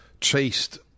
chased